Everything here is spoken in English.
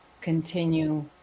continue